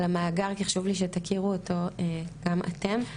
המאגר כי חשוב לי שתכירו אותו גם אתם.